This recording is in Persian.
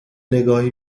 نگاهی